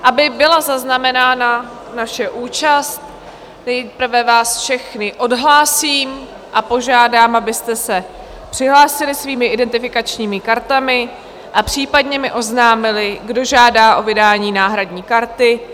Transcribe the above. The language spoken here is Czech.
Aby byla zaznamenána naše účast, nejprve vás všechny odhlásím a požádám, abyste se přihlásili svými identifikačními kartami a případně mi oznámili, kdo žádá o vydání náhradní karty.